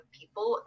people